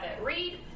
Read